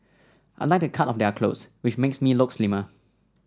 I like the cut of their clothes which makes me look slimmer